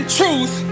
truth